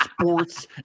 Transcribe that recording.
sports